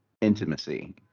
intimacy